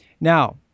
Now